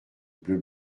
bleu